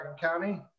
county